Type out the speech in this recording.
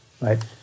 right